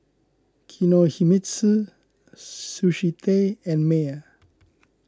Kinohimitsu Sushi Tei and Mayer